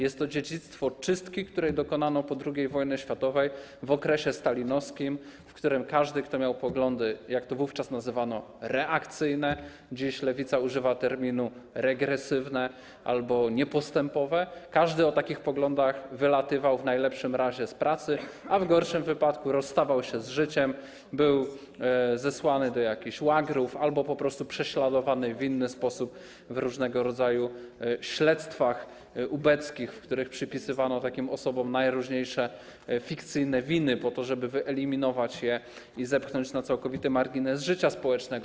Jest to dziedzictwo czystki, której dokonano po II wojnie światowej, w okresie stalinowskim, w którym każdy, kto miał poglądy, jak to wówczas nazywano: reakcyjne, dziś lewica używa terminu: regresywne albo niepostępowe, każdy o takich poglądach w najlepszym razie wylatywał z pracy, a w gorszym wypadku rozstawał się z życiem, był zesłany do jakichś łagrów albo po prostu prześladowany w inny sposób w różnego rodzaju śledztwach ubeckich, w których przypisywano takim osobom najróżniejsze fikcyjne winy, po to żeby wyeliminować je i zepchnąć na całkowity margines życia społecznego.